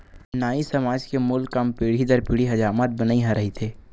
नाई समाज के मूल काम पीढ़ी दर पीढ़ी हजामत बनई ह रहिथे